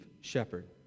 shepherd